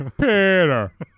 Peter